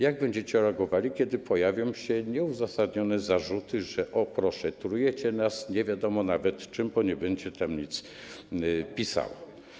Jak będziecie reagowali, kiedy pojawią się nieuzasadnione zarzuty, że, o proszę, trujecie nas nie wiadomo nawet czym, bo nie będzie tam nic napisane?